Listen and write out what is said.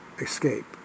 escape